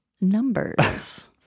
numbers